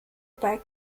bei